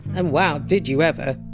and wow, did you ever.